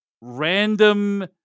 random